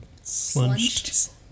slunched